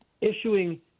issuing